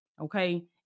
okay